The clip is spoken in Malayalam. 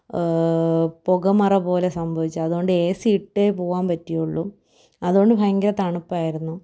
പുകമറപോല സംഭവിച്ച് അതുകൊണ്ട് എ സിയിട്ടേ പോവാന് പറ്റിയുള്ളു അതുകൊണ്ട് ഭയങ്കര തണുപ്പായിരുന്നു